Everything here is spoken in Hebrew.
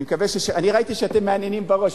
אני ראיתי שאתם מהנהנים בראש,